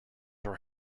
are